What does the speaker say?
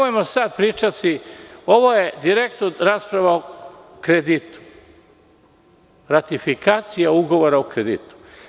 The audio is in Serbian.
Ovo je direktno rasprava o kreditu, ratifikacija ugovora o kreditu.